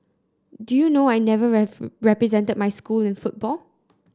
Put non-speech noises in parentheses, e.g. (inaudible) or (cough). do you know I never (unintelligible) represented my school in football